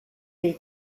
dei